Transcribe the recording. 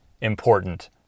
important